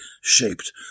shaped